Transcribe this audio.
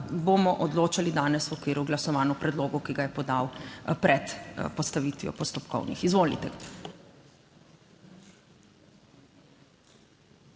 bomo odločali danes v okviru glasovanj, o predlogu, ki ga je podal pred postavitvijo postopkovnih. Izvolite.